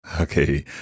Okay